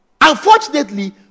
unfortunately